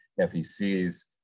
FEC's